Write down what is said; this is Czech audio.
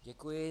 Děkuji.